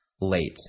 late